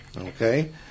Okay